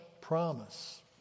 promise